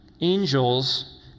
angels